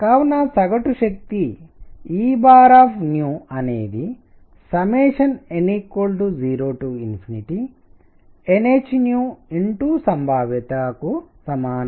కావున సగటు శక్తి E అనేది n 0nhసంభావ్యతకు సమానంగా ఉంటుంది ఆ ఎనర్జీ nh